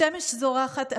השמש זורחת,